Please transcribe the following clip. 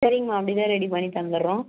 சரிங்கமா அப்படின்னா ரெடி பண்ணி தந்துர்றோம்